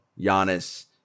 Giannis